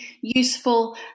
useful